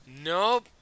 Nope